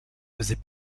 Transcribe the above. faisait